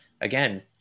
again